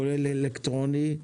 כולל אלקטרוני,